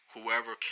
Whoever